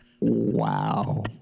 Wow